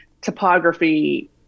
topography